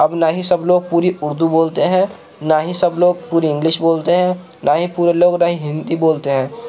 اب نہ ہی سب لوگ پوری اردو بولتے ہیں نہ ہی سب لوگ پوری اںگلش بولتے ہیں نہ ہی پورے لوگ نہ ہی ہندی بولتے ہیں